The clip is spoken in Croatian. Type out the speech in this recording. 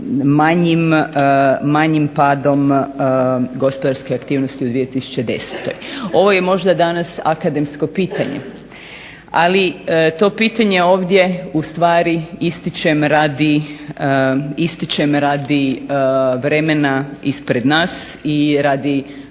manjim padom gospodarske aktivnosti u 2010. Ovo je možda danas akademsko pitanje, ali to pitanje ovdje u stvari ističem radi vremena ispred nas i radi